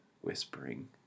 whispering